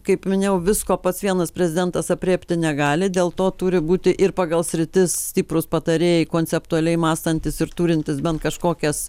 kaip minėjau visko pats vienas prezidentas aprėpti negali dėl to turi būti ir pagal sritis stiprūs patarėjai konceptualiai mąstantys ir turintys bent kažkokias